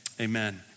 Amen